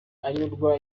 anyurwa